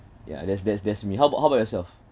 yeah that's that's that's me how about how about yourself